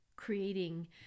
creating